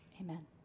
Amen